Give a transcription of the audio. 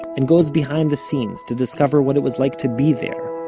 and goes behind the scenes, to discover what it was like to be there,